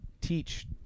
teach